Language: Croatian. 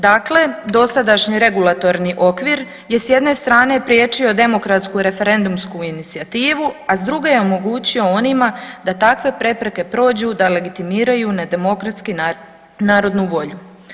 Dakle, dosadašnji regulatorni okvir je s jedne strane priječio demokratsku referendumsku inicijativu, a s druge je omogućio onima da takve prepreke prođu i da legitimiraju nedemokratski narodnu volju.